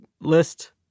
list